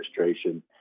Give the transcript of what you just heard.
administration